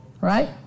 right